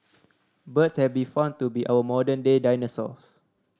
birds have been found to be our modern day dinosaurs